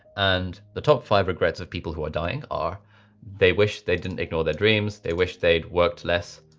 and the top five regrets of people who are dying are they wish they didn't ignore their dreams. they wish they'd worked less.